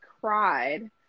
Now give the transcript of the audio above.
cried